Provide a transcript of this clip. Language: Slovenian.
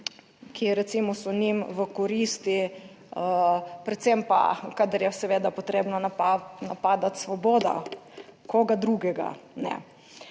so njim v koristi, predvsem pa, kadar je seveda potrebno, napadati Svobodo, koga drugega.